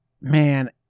man